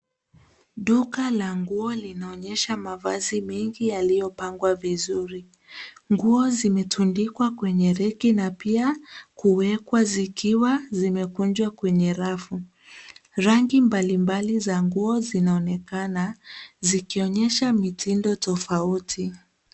Duka la nguo linaonyesha mavazi mengi yaliyopangwa vizuri. Nguo zimetundikwa kwenye reki na pia kuwekwa zikiwa zimekunjwa kwenye rafu. Rangi mbalimbali za nguo zinaonekana zikionyesha mitindo tofauti.